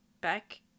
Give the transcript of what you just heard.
back